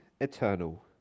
eternal